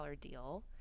deal